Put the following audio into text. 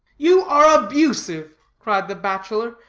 you are abusive! cried the bachelor,